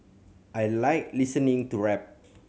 I like listening to rap